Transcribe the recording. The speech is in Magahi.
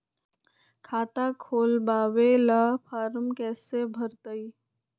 खाता खोलबाबे ला फरम कैसे भरतई?